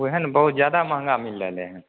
ओहए ने बहुत जादा महँगा मिल रहलै हन